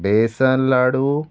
बेसनलाडू